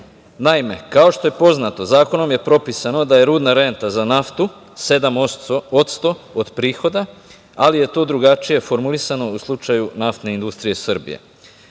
Naime, kao što je poznato zakonom je propisano da je rudna renta za naftu 7% od prihoda, ali je to drugačije formulisano u slučaju NIS. Od 2008. godine